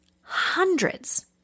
Hundreds